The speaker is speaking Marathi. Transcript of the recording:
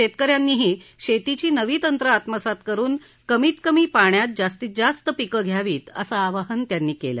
शेतक यांनीही शेतीची नवी तंत्र आत्मसात करून कमीत कमी पाण्यात जास्तीत जास्त पीकं घ्यावीत असं आवाहन त्यांनी केलं